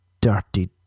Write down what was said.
dirty